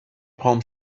palm